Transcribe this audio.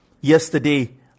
Yesterday